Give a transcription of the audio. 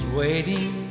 waiting